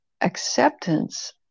acceptance